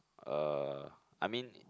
uh I mean